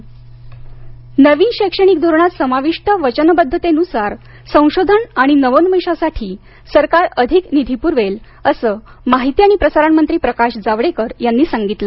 जावडेकर नवीन शैक्षणिक धोरणात समाविष्ट वचनबद्धतेनुसार संशोधन आणि नवोन्मेषासाठी सरकार अधिक निधी पुरवेल असं माहिती आणि प्रसारण मंत्री प्रकाश जावडेकर यांनी सांगितलं